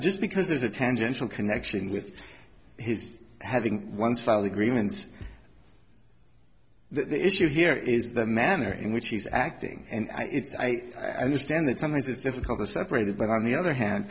just because there's a tangential connection with his having once fall agreements the issue here is the manner in which he is acting and it's i i understand that sometimes it's difficult to separate it but on the other hand